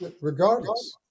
Regardless